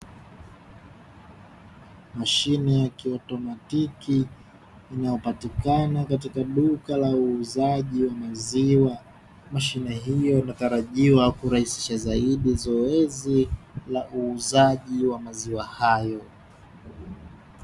Mashine ya kiotomatiki inayopatikana katika duka la uuzaji wa maziwa. Mashine hiyo inatarajia kurahisisha zaidi zoezi la uuzaji wa maziwa hayo.